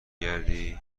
گردی